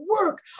work